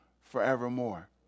forevermore